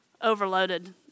overloaded